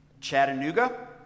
Chattanooga